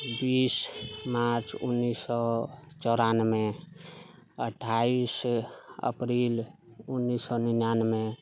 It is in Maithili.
बीस मार्च उन्नीस सए चौरानबे अठाइस अप्रिल उन्नीस सए निनानबे